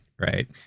right